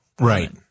Right